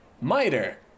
Miter